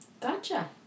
Gotcha